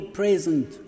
present